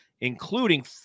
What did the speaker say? including